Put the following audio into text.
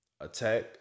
attack